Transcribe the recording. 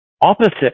opposite